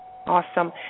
Awesome